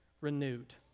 renewed